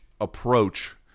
approach